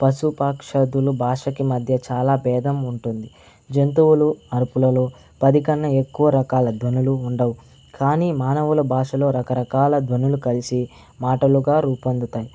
పశుపక్ష్యాదులు భాషకి మధ్య చాలా భేదం ఉంటుంది జంతువులు అరుపులలో పది కన్న ఎక్కువ రకాల ధ్వనులు ఉండవు కానీ మానవుల భాషలో రకరకాల ధ్వనులు కలిసి మాటలుగా రూపొందుతాయి